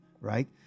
right